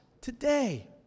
today